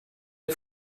est